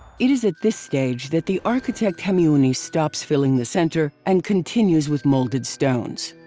it is at this stage that the architect hemiunu stops filling the center and continues with molded stones.